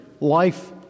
life